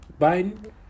Biden